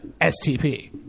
STP